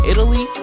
Italy